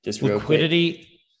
Liquidity